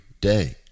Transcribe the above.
day